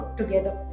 together